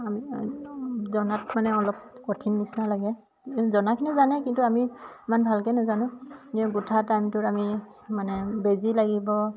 আমি জনাত মানে অলপ কঠিন নিচনা লাগে জনাখিনি জানে কিন্তু আমি ইমান ভালকে নেজানো গোঁঠা টাইমটোত আমি মানে বেজি লাগিব